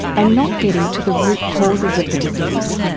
and not getting to the root causes of the disease,